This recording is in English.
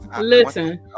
listen